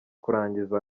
kurangiza